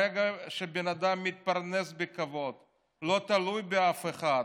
ברגע שבן אדם מתפרנס בכבוד ולא תלוי באף אחד,